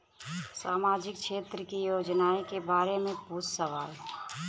सामाजिक क्षेत्र की योजनाए के बारे में पूछ सवाल?